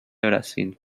brasil